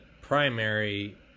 primary